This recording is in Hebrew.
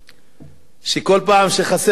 בכל פעם שחסרים לנו ירקות